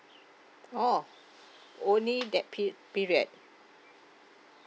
oh only that pe~ period